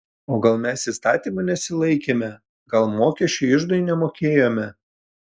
o gal mes įstatymų nesilaikėme gal mokesčių iždui nemokėjome